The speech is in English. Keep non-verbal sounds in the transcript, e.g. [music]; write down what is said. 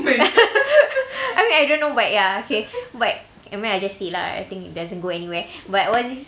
[laughs] I mean I don't know but ya okay but never mind I just say lah I think it doesn't go anywhere but what's this